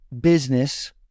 business